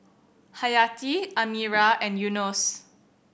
Hayati Amirah and Yunos